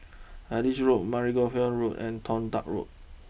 Adis Road Margoliouth Road and Toh Tuck Road